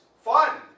fun